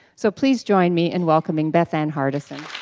so please join me in welcoming bethann hardison.